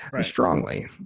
strongly